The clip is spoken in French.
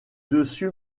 dessus